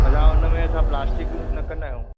अच्छा हुन में असां प्लास्टिक यूज़ न कंदा आहियूं